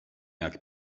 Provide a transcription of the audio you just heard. jak